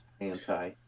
anti